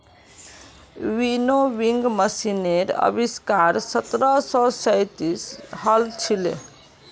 winnowing मशीनेर आविष्कार सत्रह सौ सैंतीसत हल छिले